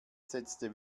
setzte